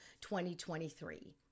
2023